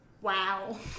Wow